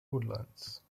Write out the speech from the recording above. woodlands